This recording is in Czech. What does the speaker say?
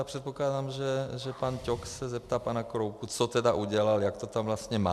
Předpokládám, že pan Ťok se zeptá pana Kroupy, co tedy udělal, jak to tam vlastně má.